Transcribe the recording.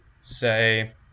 say